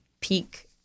peak